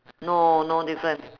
no no different